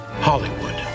Hollywood